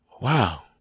Wow